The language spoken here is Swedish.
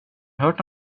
hört